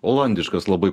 olandiškas labai